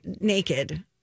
naked